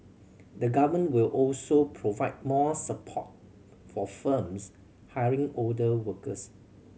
the Government will also provide more support for firms hiring older workers